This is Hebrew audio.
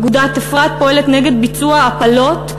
אגודת "אפרת" פועלת נגד ביצוע הפלות,